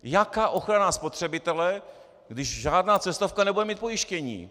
Jaká ochrana spotřebitele, když žádná cestovka nebude mít pojištění?